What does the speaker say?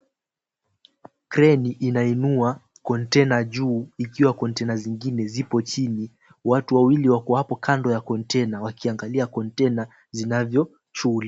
Kreni inainua uwa kontena juu ikiwa kontena zingine zipo chini, watu wawili wako hapo kando ya kontena wakiangalia kontena zinavyoshughuli.